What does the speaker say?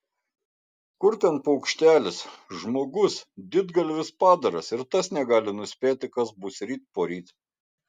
kur ten paukštelis žmogus didgalvis padaras ir tas negali nuspėti kas bus ryt poryt